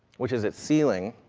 which is its ceiling,